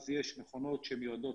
יש מכונות שמיועדות